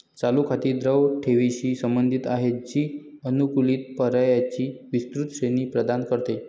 चालू खाती द्रव ठेवींशी संबंधित आहेत, जी सानुकूलित पर्यायांची विस्तृत श्रेणी प्रदान करते